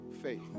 faith